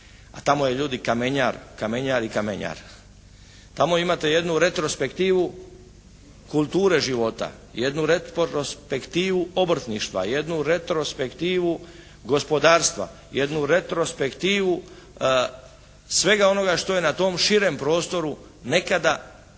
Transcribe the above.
tamo je ljudi kamenjar, kamenjar i kamenjar. Tamo imate jednu retrospektivu kulture života, jednu retrospektivu obrtništva, jednu retrospektivu gospodarstva, jednu retrospektivu svega onoga što je na tom širem prostoru nekada opstajalo.